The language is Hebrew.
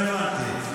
לא הבנתי.